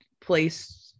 place